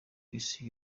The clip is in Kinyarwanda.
isi